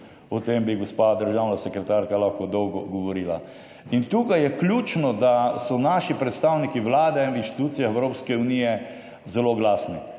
O tem bi gospa državna sekretarka lahko dolgo govorila. Tukaj je ključno, da so naši predstavniki Vlade v institucijah Evropske unije zelo glasni.